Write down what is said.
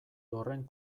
horren